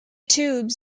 tubes